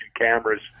cameras